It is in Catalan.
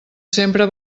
sempre